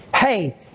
hey